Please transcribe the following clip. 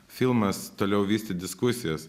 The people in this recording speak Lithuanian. filmas toliau vystyt diskusijas